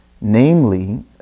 namely